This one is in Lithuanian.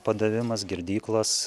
padavimas girdyklos